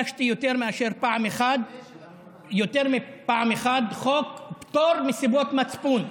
אני הגשתי יותר מפעם אחת חוק פטור מסיבות מצפון.